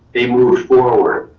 they were forward.